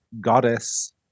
goddess